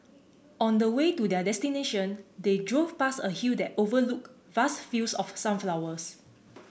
on the way to their destination they drove past a hill that overlooked vast fields of sunflowers